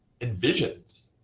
envisions